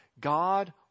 God